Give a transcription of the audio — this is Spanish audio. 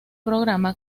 programa